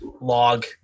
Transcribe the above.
log